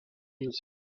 music